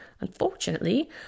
Unfortunately